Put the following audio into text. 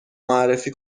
معرفی